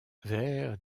vers